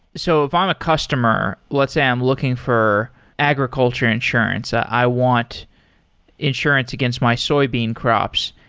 so if i'm a customer. let's say i'm looking for agriculture insurance. i want insurance against my soybean crops.